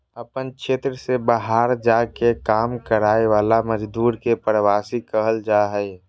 अपन क्षेत्र से बहार जा के काम कराय वाला मजदुर के प्रवासी कहल जा हइ